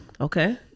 okay